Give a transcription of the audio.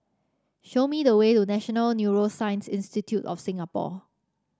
show me the way to National Neuroscience Institute of Singapore